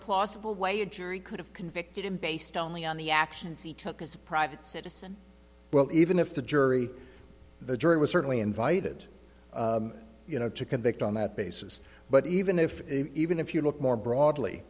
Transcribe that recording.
plausible way a jury could have convicted him based only on the actions he took as a private citizen well even if the jury the jury was certainly invited you know to convict on that basis but even if even if you look more broadly